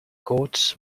court